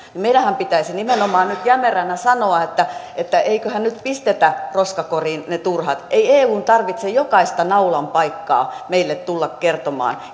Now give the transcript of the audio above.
niin meidänhän pitäisi nimenomaan nyt jämeränä sanoa että että eiköhän nyt pistetä roskakoriin ne turhat ei eun tarvitse jokaista naulan paikkaa meille tulla kertomaan